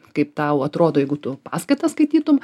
kaip tau atrodo jeigu tu paskaitas skaitytum